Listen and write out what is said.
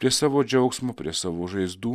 prie savo džiaugsmo prie savo žaizdų